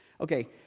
Okay